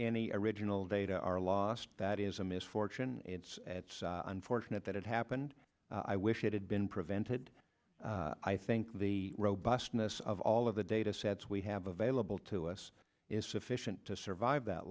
any original data are lost that is a misfortune it's unfortunate that it happened i wish it had been prevented i think the robustness of all of the data sets we have available to us is sufficient to survive that